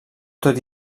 tot